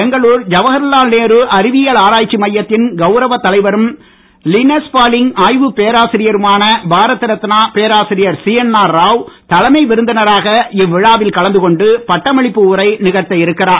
பெங்களுர் ஜவஹர்லால் நேரு அறிவியல் ஆராய்ச்சி மையத்தின் கவுரவ தலைவரும் லினஸ் பாலிங் ஆய்வுப் பேராசிரியருமான பாரதரத்னா பேராசிரியர் சிஎன்ஆர் ராவ் தலைமை விருந்தினராக இவ்விழாவில் கலந்து கொண்டு பட்டமளிப்பு உரை நிகழ்த்த இருக்கிறார்